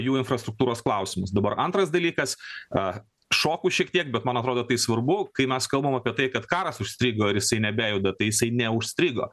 jų infrastruktūros klausimus dabar antras dalykas a šoku šiek tiek bet man atrodo tai svarbu kai mes kalbam apie tai kad karas užstrigo ir jisai nebejuda tai jisai neužstrigo